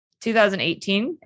2018